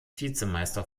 vizemeister